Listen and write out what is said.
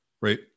right